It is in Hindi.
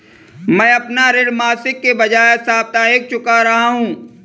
मैं अपना ऋण मासिक के बजाय साप्ताहिक चुका रहा हूँ